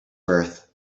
birth